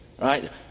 right